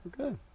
Okay